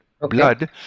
blood